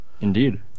indeed